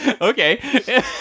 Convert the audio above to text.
Okay